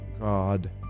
God